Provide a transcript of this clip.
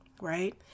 Right